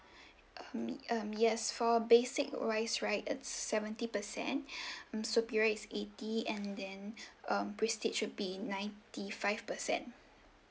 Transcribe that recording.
um um yes for basic wise right it's seventy percent mm superior is eighty and then um prestige would be ninety five percent